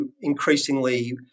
increasingly